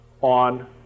on